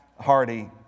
Hardy